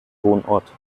wohnort